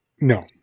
No